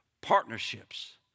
partnerships